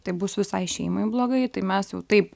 tai bus visai šeimai blogai tai mes jau taip